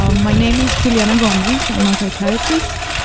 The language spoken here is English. um my name is juliana gomez, i'm a psychiatrist.